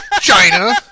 China